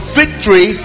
victory